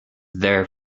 there